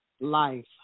life